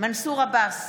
מנסור עבאס,